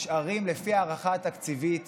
לפי ההערכה התקציבית